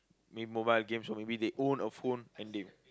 maybe mobile games or maybe they own a phone and they